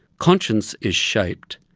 conscience is shaped,